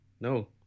no